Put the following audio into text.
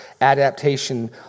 adaptation